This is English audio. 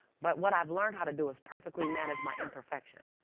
but what i've learned how to do is perfectly manage my imperfection.